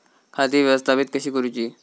खाती व्यवस्थापित कशी करूची?